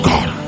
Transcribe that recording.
God